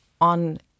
on